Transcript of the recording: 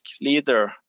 leader